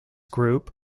group